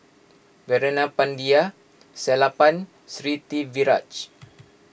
Veerapandiya Sellapan